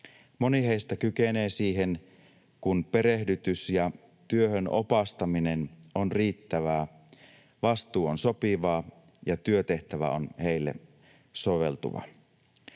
Moni heistä kykenee siihen, kun perehdytys ja työhön opastaminen on riittävää, vastuu on sopiva ja työtehtävä on heille soveltuva.